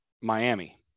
Miami